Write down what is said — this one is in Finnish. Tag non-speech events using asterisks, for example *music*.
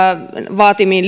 vaatimiin *unintelligible*